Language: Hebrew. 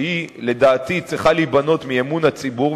שהיא לדעתי צריכה להיבנות מאמון הציבור,